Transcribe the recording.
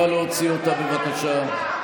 נא להוציא אותה, בבקשה.